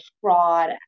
fraud